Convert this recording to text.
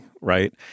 right